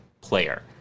player